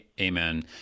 amen